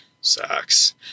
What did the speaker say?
sucks